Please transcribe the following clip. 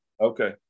Okay